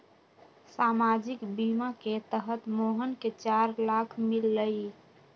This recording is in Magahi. सामाजिक बीमा के तहत मोहन के चार लाख मिललई